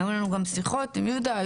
היו לנו גם שיחות עם יהודה.